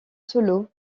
solo